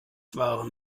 waren